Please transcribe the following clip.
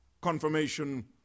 confirmation